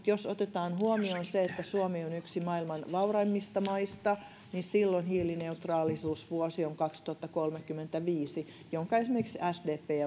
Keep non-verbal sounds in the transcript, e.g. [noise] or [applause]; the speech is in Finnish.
[unintelligible] jos otetaan huomioon se että suomi on yksi maailman vauraimmista maista niin silloin hiilineutraalisuusvuosi on kaksituhattakolmekymmentäviisi jonka esimerkiksi sdp